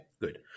Good